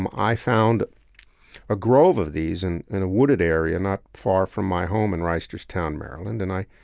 um i found a grove of these and in a wooded area not far from my home in reisterstown, maryland. and i,